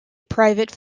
private